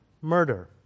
murder